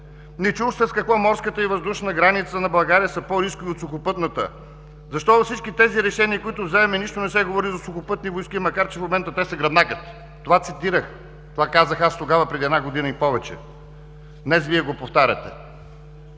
Не чух с какво морската и въздушна граница на България са по-рискови от сухопътната. Защо във всички решения, които взимаме, нищо не се говори за Сухопътни войски, макар че в момента те са гръбнакът“. Това цитирах, това казах аз тогава, преди година и повече. Днес Вие го повтаряте.